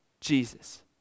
Jesus